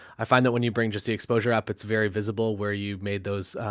i find that when you bring just the exposure up, it's very visible where you made those,